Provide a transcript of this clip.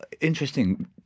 interesting